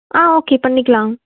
ஆ okay பண்ணிக்கலாம்